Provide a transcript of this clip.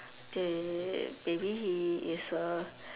they maybe he is a